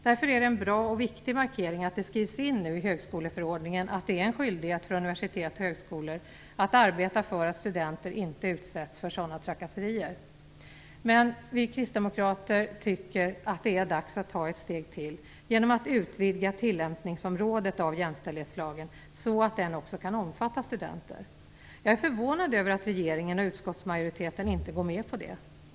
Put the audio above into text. Därför är det en bra och viktig markering att det skrivs in i högskoleförordningen att det är en skyldighet för universitet och högskolor att arbeta för att studenter inte utsätts för sådana trakasserier. Men vi kristdemokrater tycker att det är dags att ta ett steg till genom att utvidga tillämpningsområdet för jämställdhetslagen så att den också kan omfatta studenter. Jag är förvånad över att regeringen och utskottsmajoriteten inte går med på det.